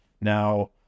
now